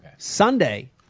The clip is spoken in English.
Sunday